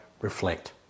reflect